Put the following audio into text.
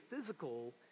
physical